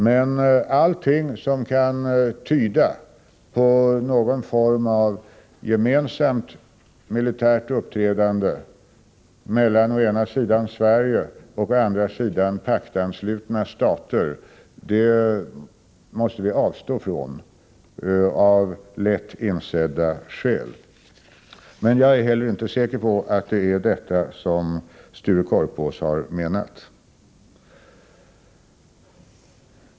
Men allting som kan tyda på någon form av gemensamt militärt uppträdande av å ena sidan Sverige och å andra sidan paktanslutna stater måste vi avstå från av lätt insedda skäl. Jag är heller inte säker på att det är detta som Sture Korpås har menat.